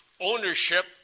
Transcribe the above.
ownership